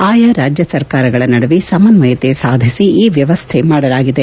ಆಯಾ ರಾಜ್ಯ ಸರ್ಕಾರಗಳ ನಡುವೆ ಸಮನ್ವಯತೆ ಸಾಧಿಸಿ ಈ ವ್ಯವಸ್ಥೆ ಮಾಡಲಾಗಿದೆ